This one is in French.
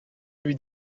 lui